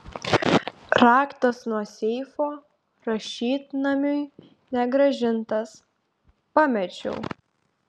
raktas nuo seifo rašytnamiui negrąžintas pamečiau